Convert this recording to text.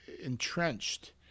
entrenched